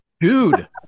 Dude